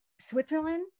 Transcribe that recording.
Switzerland